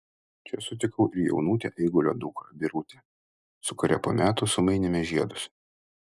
čia sutikau ir jaunutę eigulio dukrą birutę su kuria po metų sumainėme žiedus